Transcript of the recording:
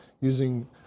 using